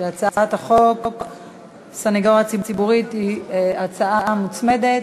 הצעת החוק הסנגוריה הציבורית היא הצעה מוצמדת.